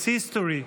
‏This history,